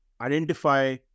identify